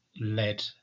led